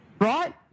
right